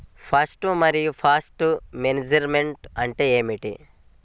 Pest మరియు pest management అంటే ఏమిటి?